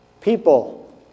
People